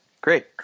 great